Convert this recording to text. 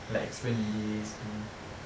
like experience in this you know